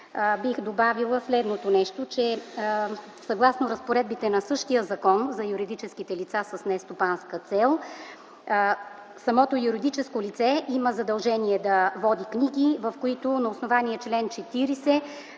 бих добавила следното нещо. Съгласно разпоредбите на същия Закон за юридическите лица с нестопанска цел самото юридическо лице има задължение да води книги, в които на основание чл. 40